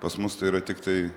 pas mus tai yra tiktai